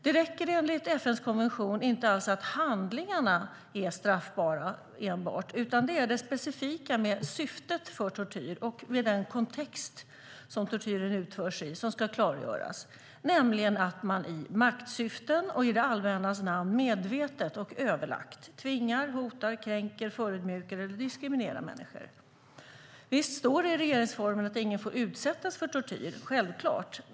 Det räcker enligt FN:s konvention inte alls att enbart handlingarna är straffbara, utan det är det specifika med syftet för tortyren och den kontext tortyren utförs i som ska klargöras, nämligen att man i maktsyften och i det allmännas namn medvetet och överlagt tvingar, hotar, kränker, förödmjukar eller diskriminerar människor. Visst står det i regeringsformen att ingen får utsättas för tortyr, självklart.